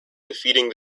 defeating